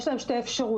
יש להם שתי אפשרויות.